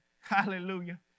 Hallelujah